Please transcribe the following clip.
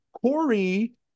Corey